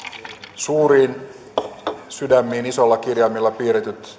suuriin sydämiin isoilla kirjaimilla piirretyt